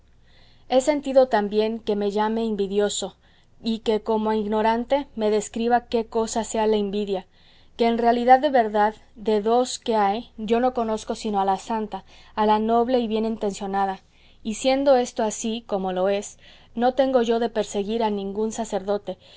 he sentido también que me llame invidioso y que como a ignorante me describa qué cosa sea la invidia que en realidad de verdad de dos que hay yo no conozco sino a la santa a la noble y bien intencionada y siendo esto así como lo es no tengo yo de perseguir a ningún sacerdote